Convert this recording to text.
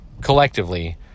collectively